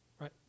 right